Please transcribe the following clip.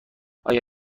آیا